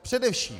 Především.